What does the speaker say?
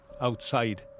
outside